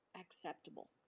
acceptable